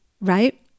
right